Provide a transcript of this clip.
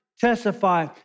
testify